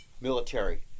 military